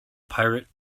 pirate